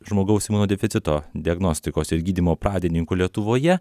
žmogaus imunodeficito diagnostikos ir gydymo pradininkų lietuvoje